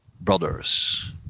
brothers